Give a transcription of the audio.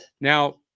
now